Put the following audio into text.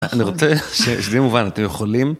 אני רוצה שזה יהיה מובן אתם יכולים.